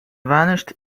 vanished